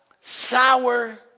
Sour